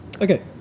Okay